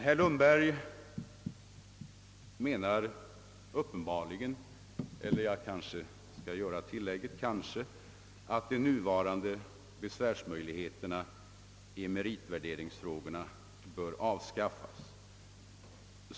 Herr Lundberg menar uppenbarligen — eller jag bör måhända använda ordet kanske — att de nuvarande besvärsmöjligheterna i meritvärderingsfrågor bör avskaffas.